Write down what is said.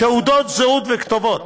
תעודות זהות וכתובות,